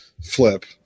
flip